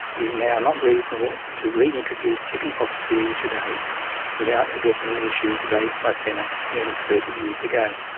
it is now not reasonable to reintroduce chickenpox theory today without addressing the issues raised by fenner nearly thirty years ago.